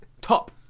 Top